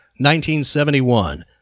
1971